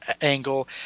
angle